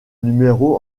numéro